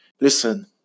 Listen